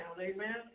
Amen